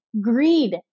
greed